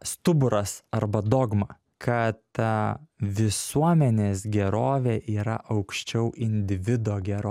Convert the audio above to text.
stuburas arba dogma kad a visuomenės gerovė yra aukščiau individo gero